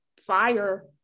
fire